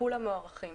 כולם מוארכים.